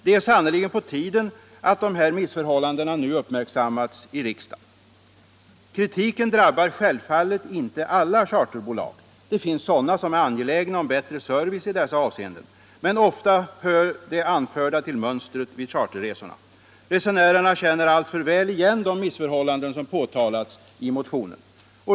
Det är sannerligen på tiden att de här missförhållandena nu uppmärksammas i riksdagen. —-—-. Kritiken drabbar självfallet inte alla charterbolag. Det finns sådana, som är angelägna om bättre service i dessa avseenden. Men ofta hör det anförda till mönstret vid charterresorna. Resenärerna känner alltför väl igen de missförhållanden som påtalas i motionen.